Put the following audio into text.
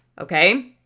okay